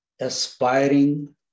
aspiring